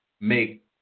make